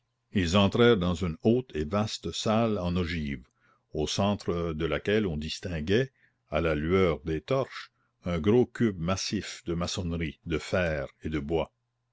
ils entrèrent dans une haute et vaste salle en ogive au centre de laquelle on distinguait à la lueur des torches un gros cube massif de maçonnerie de fer et de bois